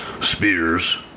spears